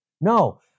No